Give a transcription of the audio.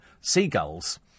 Seagulls